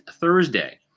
Thursday